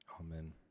amen